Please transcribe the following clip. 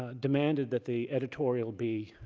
ah demanded that the editorial be